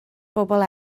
bobl